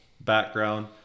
background